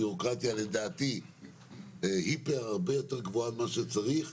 בירוקרטיה שלדעתי הרבה יותר גבוהה מכפי שצריך,